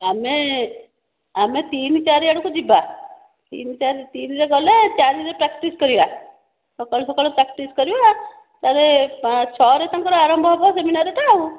ଆମେ ଆମେ ତିନି ଚାରି ଆଡ଼କୁ ଯିବା ତିନି ଚାରି ତିନିରେ ଗଲେ ଚାରି ରେ ପ୍ରାକ୍ଟିସ୍ କରିବା ସକାଳୁ ସକାଳୁ ପ୍ରାକ୍ଟିସ୍ କରିବା ତାପରେ ଛଅରେ ତାଙ୍କର ଆରମ୍ଭ ହେବ ସେମିନାର ଟା ଆଉ